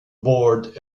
board